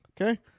Okay